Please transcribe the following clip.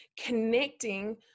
connecting